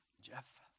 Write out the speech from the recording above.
Jeff